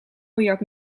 miljard